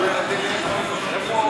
לא, אני לא רוצה לערב מין בשאינו מינו.